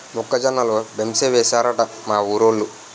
మొక్క జొన్న లో బెంసేనేశారట మా ఊరోలు